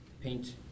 paint